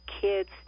kids